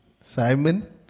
Simon